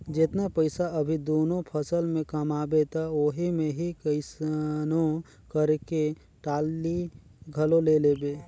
जेतना पइसा अभी दूनो फसल में कमाबे त ओही मे ही कइसनो करके टाली घलो ले लेबे